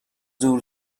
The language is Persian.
زور